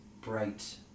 bright